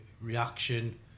reaction